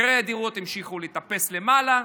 מחירי הדירות המשיכו לטפס למעלה,